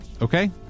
Okay